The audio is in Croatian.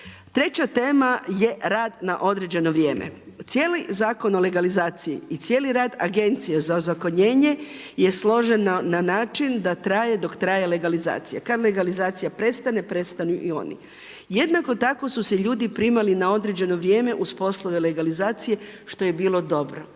Treća tema je rad na određeno vrijeme. Cijeli zakon o legalizaciji i cijeli rad Agencije za ozakonjenje je složen na način da traje dok traje legalizacija. Kada legalizacija prestane prestanu i oni. Jednako tako su se ljudi primali na određeno vrijeme uz poslove legalizacije što je bilo dobro.